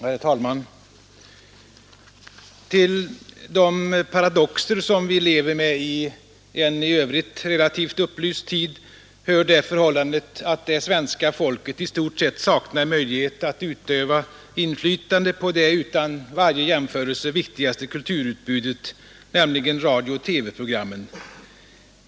Herr talman! Till de paradoxer som vi lever med i en i övrigt relativt upplyst tid hör det förhållandet att det svenska folket i stort sett saknar möjlighet att utöva inflytande på det utan varje jämförelse viktigaste kulturutbudet, nämligen radio-TV-programmen.